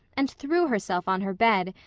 and threw herself on her bed,